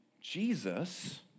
Jesus